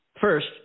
first